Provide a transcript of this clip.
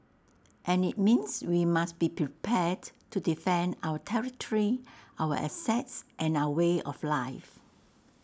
and IT means we must be prepared to defend our territory our assets and our way of life